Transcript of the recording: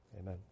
Amen